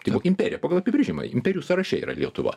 tai buvo imperija pagal apibrėžimą imperijų sąraše yra lietuva